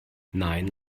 nein